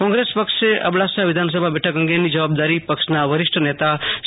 કોગ્રેસ પક્ષે અબડાસ વિધાનસભા બેઠક અંગેની જવાબદારી પક્ષના વરિષ્ઠ નેતા સી